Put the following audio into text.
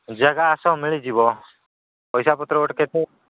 ଜାଗା ଆସ ମିଳିଯିବ ପଇସା ପତ୍ର ଗୋଟେ କେତେ